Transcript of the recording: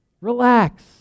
Relax